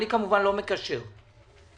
אני כמובן לא מקשר בין הדברים.